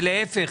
להיפך,